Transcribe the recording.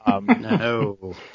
no